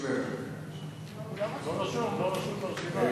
לא רשום ברשימה.